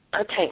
Okay